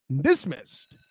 dismissed